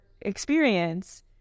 experience